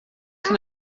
can